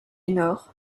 nord